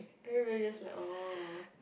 everybody just like orh